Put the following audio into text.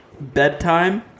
bedtime